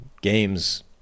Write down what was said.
games